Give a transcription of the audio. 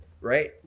right